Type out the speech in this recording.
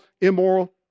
immoral